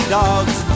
dogs